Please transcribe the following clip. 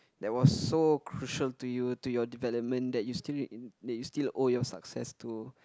that was so crucial to you to your development that you still that you still owe your success to